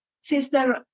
Sister